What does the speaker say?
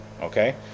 Okay